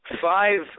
Five